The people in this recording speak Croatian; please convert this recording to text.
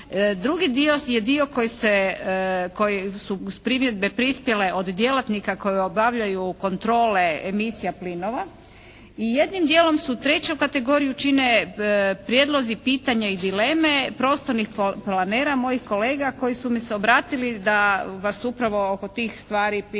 Drugi dio je dio koji se, koji su primjedbe prispjele od djelatnika koje obavljaju kontrole emisija plinova i jednim dijelom su treća kategoriju čine prijedlozi, pitanja i dileme prostornog planera, mojih kolega koji su mi se obratili da vas upravo oko tih stvari pitam